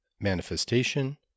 manifestation